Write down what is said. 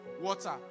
Water